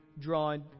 drawn